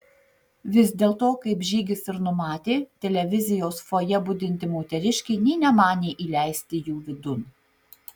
vis dėlto kaip žygis ir numatė televizijos fojė budinti moteriškė nė nemanė įleisti jų vidun